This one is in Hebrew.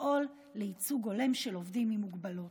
לפעול לייצוג הולם של עובדים עם מוגבלות.